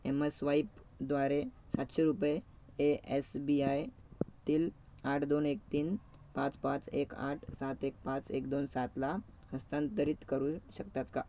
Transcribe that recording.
एमस्वाईपद्वारे सातशे रुपये A S B आयतील आठ दोन एक तीन पाच पाच एक आठ सात एक पाच एक दोन सातला हस्तांतरित करू शकतात का